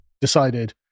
decided